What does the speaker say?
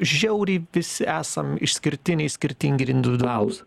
žiauriai visi esam išskirtiniai skirtingi ir individualūs